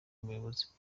umuyobozi